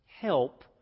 help